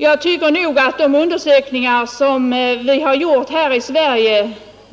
Jag menar också att de undersökningar som vi har gjort här i Sverige